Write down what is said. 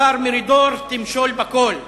השר מרידור, תמשול בכול.